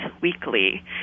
weekly